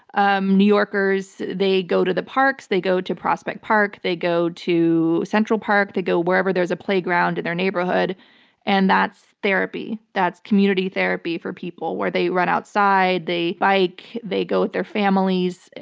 um new yorkers, they go to the parks, they go to prospect park, they go to central park, they go wherever there's a playground in their neighborhood and that's therapy. that's community therapy for people where they run outside, they bike, they go with their families.